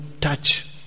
touch